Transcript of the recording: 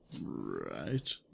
Right